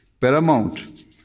paramount